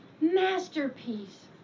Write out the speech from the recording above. Masterpiece